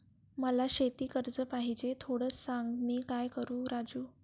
मला शेती कर्ज पाहिजे, थोडं सांग, मी काय करू राजू?